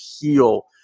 heal